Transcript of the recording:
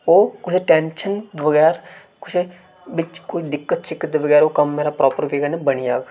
ओह् कुसै टैनशन बगैर कुसे बिच कोई दिक्कत शिक्कत दे बगैर ओह् कम्म मेरा प्रापर वेऽ कन्नै बनी जाग